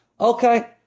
Okay